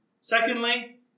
Secondly